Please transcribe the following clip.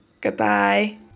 goodbye